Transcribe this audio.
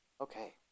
Okay